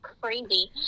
Crazy